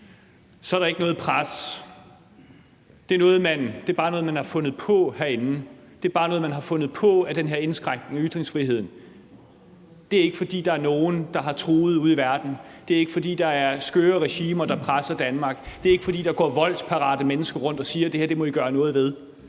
er der ikke er noget pres? Det er bare noget, man har fundet på herinde? Det er bare noget, man har fundet på, altså den her indskrænkning af ytringsfriheden? Det er ikke, fordi der er nogen, der har truet ude i verden? Det er ikke, fordi der er skøre regimer, der presser Danmark? Det er ikke, fordi der går voldsparate mennesker rundt og siger: Det her må I gøre noget ved?